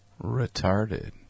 retarded